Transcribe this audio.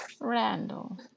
Randall